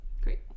Great